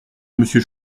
monsieur